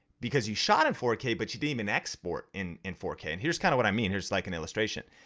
because you shot in four k but you deem an export in in four k. and here's kind of what i mean, it's like an illustration.